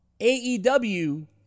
AEW